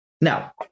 Now